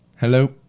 Hello